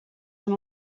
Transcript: són